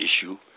issue